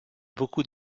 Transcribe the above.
beaucoup